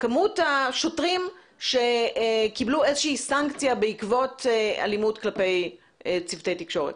כמות השוטרים שקיבלו איזושהי סנקציה בעקבות אלימות כלפי צוותי תקשורת?